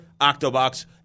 Octobox